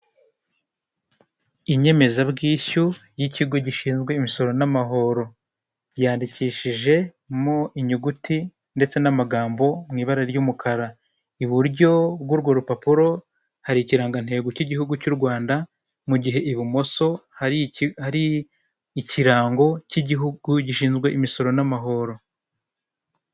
Inyemezabwishyu y'ikigo gishinzwe imisoro n'amahoro, yandikishijemo inyuguti ndetse n'amagambo mu ibara ry'umukara. Iburyo bw'urwo rupapuro, hari ikirangantego cy'igihugu cy'u Rwanda, mu gihe ibumoso hari ikirango cy'igihugu gishinzwe imisoro n'amahoro.